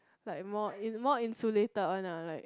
like more in~ more insulated one ah like